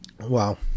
wow